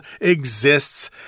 exists